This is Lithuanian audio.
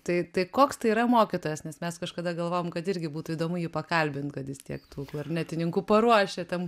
tai tai koks tai yra mokytojas nes mes kažkada galvojom kad irgi būtų įdomu jį pakalbint kad jis tiek tų klarnetininkų paruošė tam